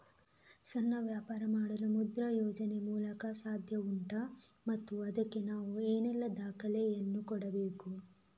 ಸಣ್ಣ ವ್ಯಾಪಾರ ಮಾಡಲು ಮುದ್ರಾ ಯೋಜನೆ ಮೂಲಕ ಸಾಧ್ಯ ಉಂಟಾ ಮತ್ತು ಅದಕ್ಕೆ ನಾನು ಏನೆಲ್ಲ ದಾಖಲೆ ಯನ್ನು ಕೊಡಬೇಕು?